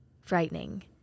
frightening